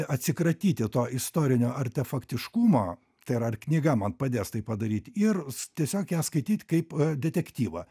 atsikratyti to istorinio artefaktiškumo tai yra ar knyga man padės tai padaryt ir tiesiog ją skaityt kaip detektyvą